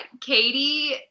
Katie